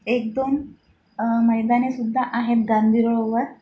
एक दोन मैदाने सुद्धा आहेत गांधी रोडवर